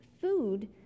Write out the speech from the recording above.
food